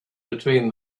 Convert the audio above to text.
between